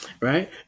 Right